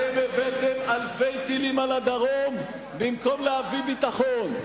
אתם הבאתם אלפי טילים על הדרום במקום להביא ביטחון,